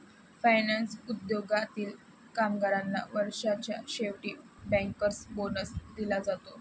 finance उद्योगातील कामगारांना वर्षाच्या शेवटी बँकर्स बोनस दिला जाते